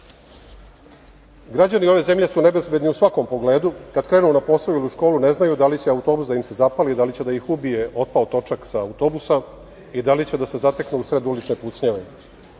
službu. Građani ove zemlje su nebezbedni u svakom pogledu, kad krenu na posao ili u školu ne znaju da li će autobus da im se zapali i da li će da ih ubije otpao točak sa autobusa i da li će da se zateknu usred ulične pucnjave.